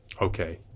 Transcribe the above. okay